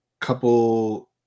couple